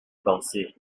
penser